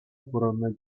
пурӑннӑ